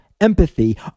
empathy